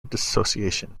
dissociation